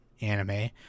anime